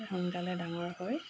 সোনকালে ডাঙৰ হয়